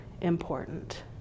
important